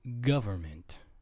government